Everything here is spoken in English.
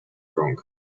wrong